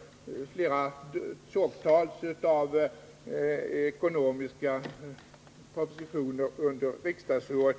tillfällen under riksmötet och tjogtals av ekonomiska propositioner.